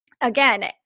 Again